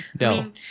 No